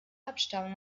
abstammung